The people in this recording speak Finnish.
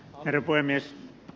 herra puhemies